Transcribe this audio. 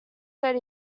said